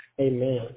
Amen